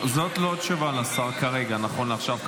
זאת לא תשובה לשר כרגע, נכון לעכשיו.